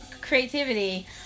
creativity